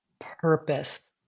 Purpose